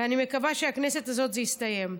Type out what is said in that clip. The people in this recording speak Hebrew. ואני מקווה שבכנסת הזו זה יסתיים.